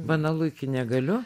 banalu iki negaliu